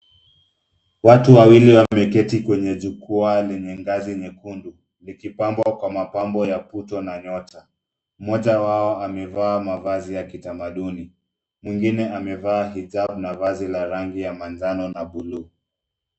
Watu wawili wameketi kwenye jukwaa lenye ngazi nyekundu likipambwa kwa mapambo ya puto na nyota. Mmoja wao amevaa mavazi ya kitamaduni, mwingine amevaa hijab na vazi la rangi ya manjano na buluu.